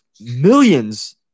millions